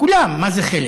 כולן, מה זה חלק.